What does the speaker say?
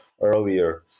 earlier